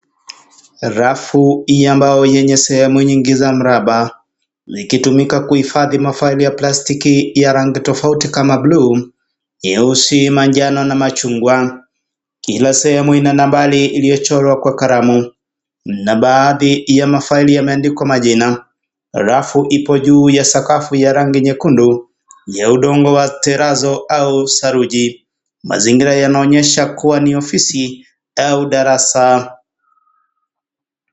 Rafu ya mbao yenye sehemu nyingi za mraba, ikitumika kuhifadhi mafaili ya plastiki ya rangi tofauti kama blue , nyeusi, manjano na machungwa, kila sehemu ina nambari iliyochorwa kwa kalamu na baadhi ya mafaili yameandikwa majina, rafu ipo juu ya sakafu ya rangi nyekundu ya udongo wa terazo au saruji mazingira yanaonyesha kuwa ni ofisi au darasa.